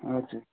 हजुर